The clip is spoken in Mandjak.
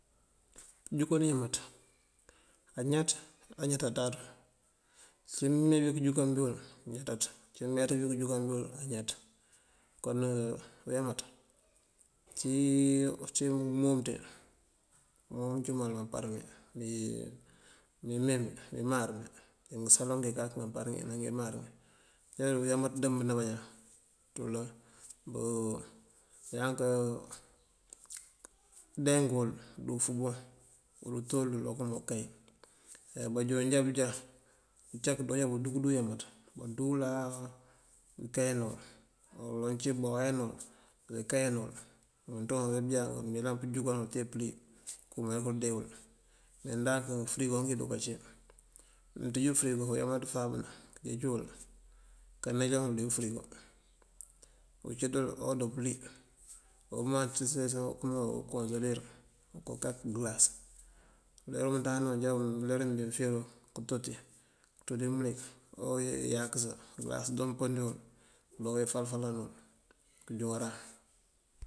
Káanjúnkan uyámaţ añáaţ áñátáaţum. Uncí mëëme bí këënjúnkáambí uwul añáaţaţ, uncí mëëmenţ bí këënjúnkáambí uwul añáaţ. Kon uyámaţ uncí umum ţí, umum ngëëncúmal ngaampar ngí, ngíimengí ngíimáar ngí, ndí ngëësáloŋ ngínkak ngáampar ngí dí ngíimáar ngí, ajoonjá uyámaţ dëëmbëna bañaan. Uaţú uloŋ bañaan ká káandeng uwul dí úufúngoŋ, pur utol uwël okëëmáa unkáy. Bájoon jábúunjá ucak búko kundú këndú uyámaţ, báandúuwulaa búunkáyan uwul, aloŋ cí báwayanëwël, kíi káyan uwël. Umëënţoo ebëja mëëyëlan pëënjáakaa këënjúnkan uwël te pëlí, këëmee kaande uwul. Meendank ngëfëërigogi dunka cí, mëëntíj fëërigo oyámaţ fáab, këënjeej uwul kaaneej uwul dí fëërigo, ucúuţël odo pëlí. Omáarësir okëëmaa unkoongëlir, okookak ngëëlas. Uler umëënţáandáan uwun, ajá bí mëëfíir këëtoti, këënţúri mëlik, owuyákësa. Ngëëlas pëndi uwul kunduke káafal fálan uwul këënjúŋaran.